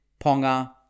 Ponga